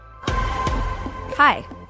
Hi